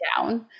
down